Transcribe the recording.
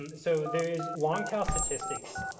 um so, there's long tail statistics.